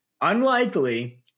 Unlikely